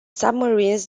submarines